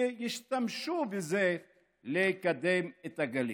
שישתמשו בזה לקדם את הגליל?